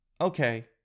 Okay